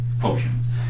potions